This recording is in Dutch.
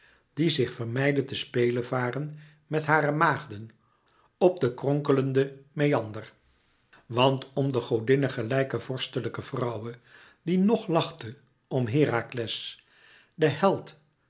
die zich vermeide te spelevaren met hare maagden op den kronkelenden meander want om de godinne gelijke vorstelijke vrouwe die ng lachte om herakles de held